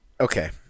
okay